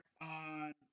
on